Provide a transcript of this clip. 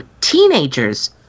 teenagers